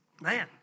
Man